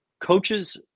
coaches